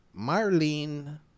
Marlene